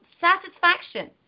satisfaction